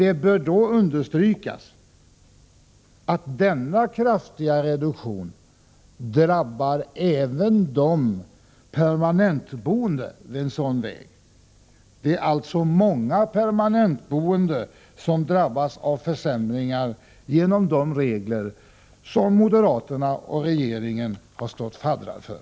Det bör då understrykas att denna kraftiga reduktion drabbar även de permanentboende vid en sådan väg. Det är alltså många permanentboende som drabbas av försämringar genom de regler som moderaterna och regeringen har stått faddrar för.